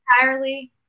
Entirely